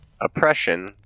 oppression